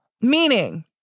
Meaning